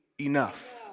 enough